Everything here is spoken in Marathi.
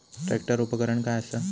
ट्रॅक्टर उपकरण काय असा?